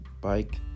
bike